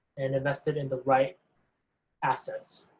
and invested in the right assets,